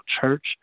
church